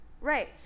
Right